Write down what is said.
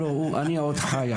אם אתה עוד זוכר את